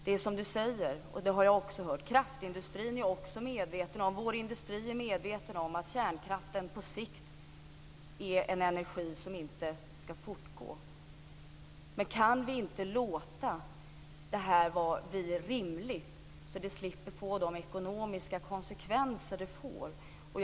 Det är som Lennart Värmby säger: Kraftindustrin är också medveten om att kärnkraften på sikt är en energi som bör avvecklas. Men kan vi inte låta det bli en rimlig avveckling så att vi slipper de ekonomiska konsekvenser som vi får?